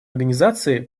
организации